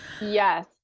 Yes